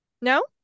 No